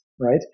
right